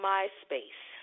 MySpace